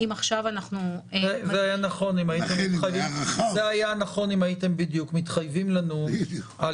זה היה נכון אם הייתם מתחייבים לנו על